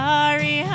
Sorry